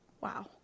Wow